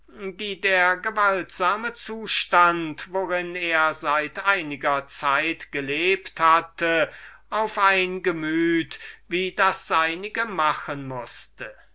weise der gewaltsame zustand von unruhe sorgen und heftigen leidenschaften worin er einige zeit her gelebt hatte auf ein gemüte wie das seinige machen mußte